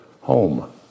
home